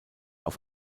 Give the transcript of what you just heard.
auf